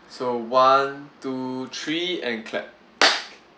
so one two three and clap